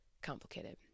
complicated